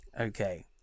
Okay